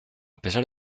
pesar